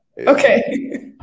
okay